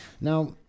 Now